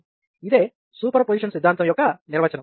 ఇదే superposition సిద్ధాంతం యొక్క నిర్వచనం